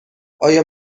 آیا